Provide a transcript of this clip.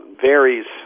varies